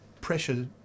pressure